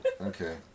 Okay